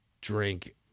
drink